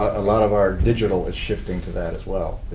a lot of our digital is shifting to that as well.